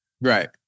Right